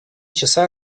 часа